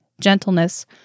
gentleness